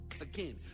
Again